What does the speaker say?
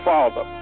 Father